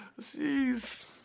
Jeez